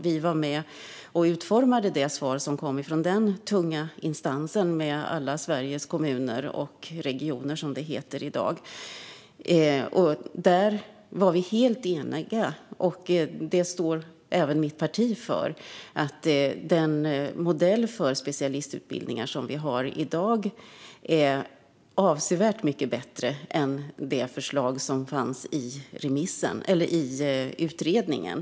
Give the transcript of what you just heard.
Vi var med och utformade det svar som kom från den tunga instansen med alla Sveriges kommuner och regioner - som det heter i dag. Vi var helt eniga - och det står även mitt parti för - om att den modell för specialistutbildningar som finns i dag är avsevärt mycket bättre än det förslag som fanns i utredningen.